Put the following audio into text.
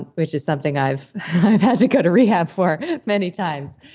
which is something i've i've had to go to rehab for many times.